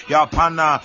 Yapana